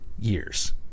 Years